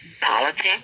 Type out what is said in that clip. politics